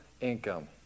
income